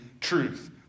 truth